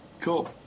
cool